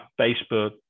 Facebook